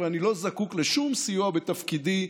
ואני לא זקוק לשום סיוע בתפקידי.